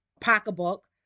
pocketbook